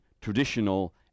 traditional